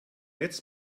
jetzt